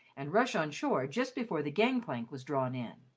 and rush on shore just before the gang-plank was drawn in.